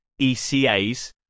ECAs